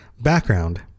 Background